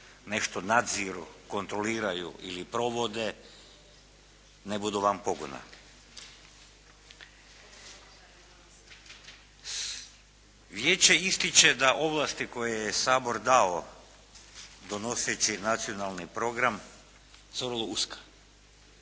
nešto nadziru, kontroliraju ili provode ne budu van pobuna. Vijeće ističe da ovlasti koje je Sabor dao donoseći nacionalni program su vrlo uska